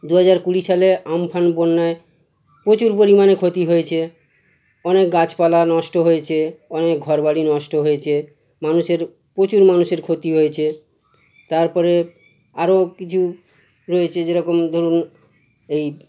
দু হাজার কুড়ি সালে আমফান বন্যায় প্রচুর পরিমাণে ক্ষতি হয়েছে অনেক গাছপালা নষ্ট হয়েছে অনেক ঘর বাড়ি নষ্ট হয়েছে মানুষের প্রচুর মানুষের ক্ষতি হয়েছে তারপরে আরও কিছু রয়েছে যেরকম ধরুন এই